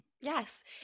Yes